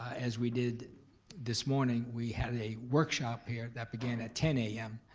as we did this morning, we had a workshop here that began at ten a m,